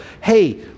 hey